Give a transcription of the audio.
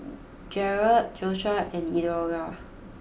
Jerold Joshuah and Eudora